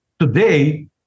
Today